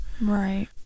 right